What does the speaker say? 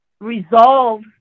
resolve